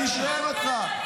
אני שואל אותך.